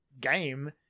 game